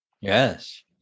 Yes